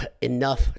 enough